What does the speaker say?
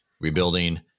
rebuilding